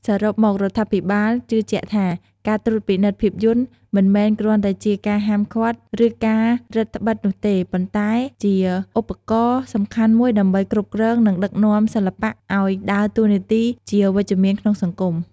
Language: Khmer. សរុបមករដ្ឋាភិបាលជឿជាក់ថា ការត្រួតពិនិត្យភាពយន្ត មិនមែនគ្រាន់តែជាការហាមឃាត់ ឬការរឹតត្បិតនោះទេ ប៉ុន្តែជា ឧបករណ៍សំខាន់មួយដើម្បីគ្រប់គ្រង និងដឹកនាំសិល្បៈ ឲ្យដើរតួនាទីជាវិជ្ជមានក្នុងសង្គម។